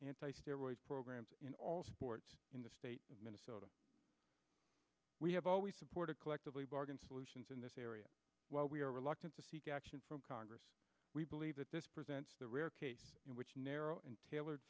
anti steroids programs in all sports in the state of minnesota we have always supported collectively bargain solutions in this area while we are reluctant to seek action from congress we believe that this presents the rare case in which narrow and tailored